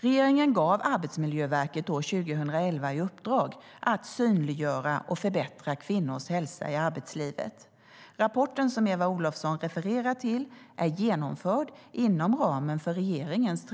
Regeringen gav år 2011 Arbetsmiljöverket i uppdrag att synliggöra och förbättra kvinnors hälsa i arbetslivet. Rapporten som Eva Olofsson refererar till är genomförd inom ramen för regeringens